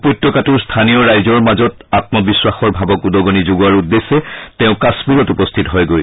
উপত্যকাটোৰ স্থানীয় ৰাইজৰ মাজত আম্মবিশ্বাসৰ ভাবক উদগনি যোগোৱাৰ উদ্দেশ্যে তেওঁ কাশ্মীৰত উপস্থিত হয়গৈ